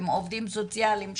עם עובדים סוציאליים שם.